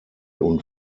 und